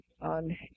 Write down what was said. on